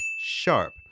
sharp